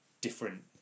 different